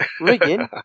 Rigging